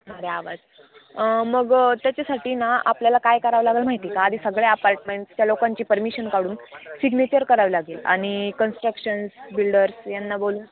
अरे आवाज मग त्याच्यासाठी ना आपल्याला काय करायला लागेल माहिती आहे का आधी सगळ्या अपार्टमेंट्सच्या लोकांची परमिशन काढून सिग्नेचर करावी लागेल आणि कन्स्ट्रक्शन्स बिल्डर्स यांना बोलू